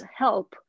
help